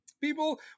People